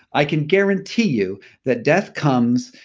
i can guarantee you that death comes,